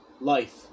life